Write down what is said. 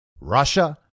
Russia